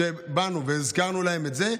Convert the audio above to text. כשבאנו והזכרנו להם את זה,